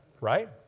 Right